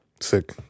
Sick